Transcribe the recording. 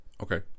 Okay